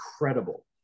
incredible